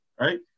right